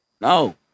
No